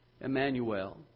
Emmanuel